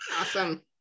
Awesome